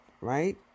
right